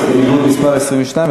הסתייגות מס' 12 לא נתקבלה.